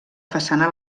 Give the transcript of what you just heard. façana